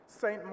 Saint